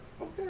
Okay